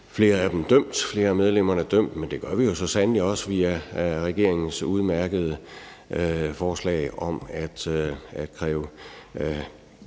ved at kunne få flere af medlemmerne dømt, men det gør vi jo så sandelig også via regeringens udmærkede forslag om at kræve,